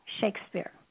Shakespeare